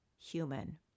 human